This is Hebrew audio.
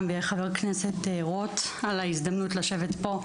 ולחבר הכנסת רוט על ההזדמנות לשבת פה,